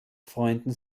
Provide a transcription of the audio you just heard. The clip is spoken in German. freunden